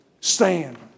Stand